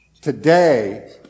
Today